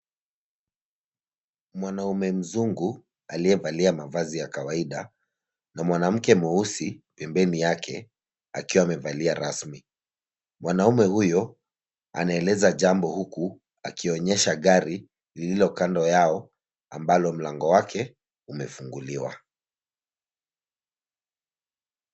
Mwanaume mzungu aliyevalia mavazi ya kawaida na mwanamke mweusi pembeni yake akiwa amevalia rasmi. Mwanaume huyo anaeleza jambo huku akionyesha gari lililo kando yao ambalo mlango wake umefunguliwa.